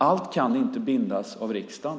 Allt kan inte bindas av riksdagen.